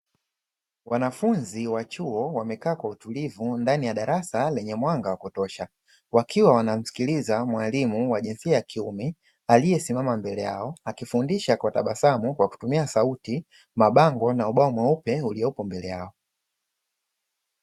Wanafunzi wa chuo wamekaa kwa utulivu ndani ya darasa lenye mwanga wa kutosha. Wakiwa wanamsikiliza mwalimu wa jinsia ya kiume aliyesimama mbele yao, akifundisha kwa tabasamu kwa kutumia: sauti, mabango na ubao mweupe uliopo mbele yao.